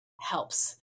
helps